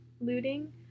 looting